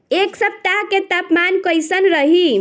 एह सप्ताह के तापमान कईसन रही?